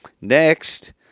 Next